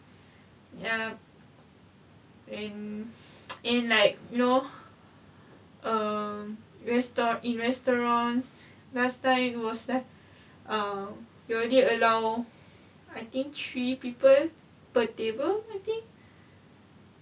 yup and and like you know err restau~ in restaurants last time was like uh you already allow I think three people per table I think